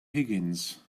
higgins